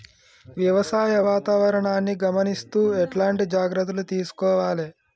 వ్యవసాయ వాతావరణాన్ని గమనిస్తూ ఎట్లాంటి జాగ్రత్తలు తీసుకోవాలే?